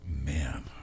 Man